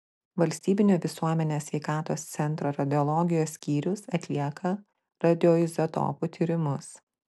valstybinio visuomenės sveikatos centro radiologijos skyrius atlieka radioizotopų tyrimus